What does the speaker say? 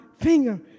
finger